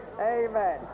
Amen